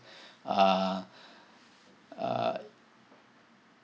uh uh